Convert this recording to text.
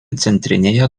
centrinėje